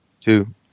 two